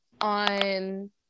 on